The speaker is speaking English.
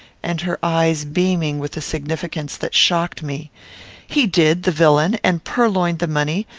and her eyes beaming with a significance that shocked me he did, the villain, and purloined the money,